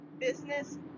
business